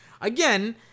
Again